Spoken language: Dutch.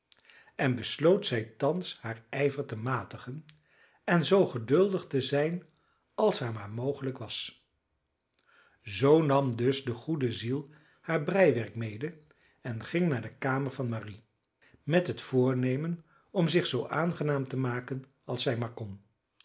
en besloot zij thans haar ijver te matigen en zoo geduldig te zijn als haar maar mogelijk was zoo nam dus de goede ziel haar breiwerk mede en ging naar de kamer van marie met het voornemen om zich zoo aangenaam te maken als zij maar kon